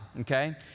okay